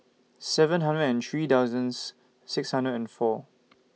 seven hundred and three thousands six hundred and four